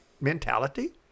mentality